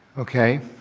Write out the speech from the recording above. okay.